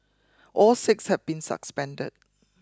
all six have been suspended